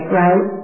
right